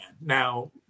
Now